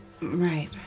Right